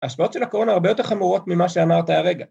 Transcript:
‫ההשפעות של הקורונה הרבה יותר ‫חמורות ממה שאמרת הרגע.